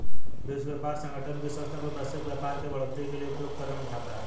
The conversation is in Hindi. विश्व व्यापार संगठन विश्व स्तर पर वैश्विक व्यापार के बढ़ोतरी के लिए उपयुक्त कदम उठाता है